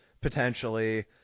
potentially